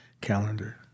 calendar